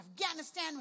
Afghanistan